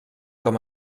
com